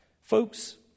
Folks